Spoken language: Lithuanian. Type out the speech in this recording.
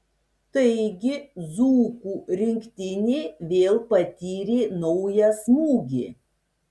taigi dzūkų rinktinė vėl patyrė naują smūgį